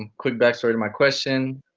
quick backstory to my question.